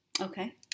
Okay